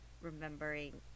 remembering